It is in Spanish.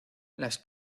las